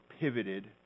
pivoted